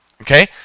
okay